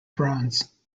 bronze